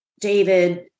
David